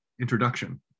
introduction